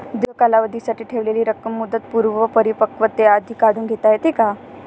दीर्घ कालावधीसाठी ठेवलेली रक्कम मुदतपूर्व परिपक्वतेआधी काढून घेता येते का?